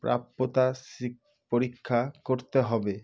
প্রাপ্যতা শিক পরীক্ষা করতে হবে